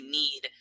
need